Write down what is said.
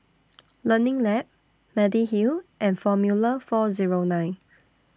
Learning Lab Mediheal and Formula four Zero nine